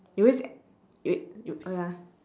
you always you you oh ya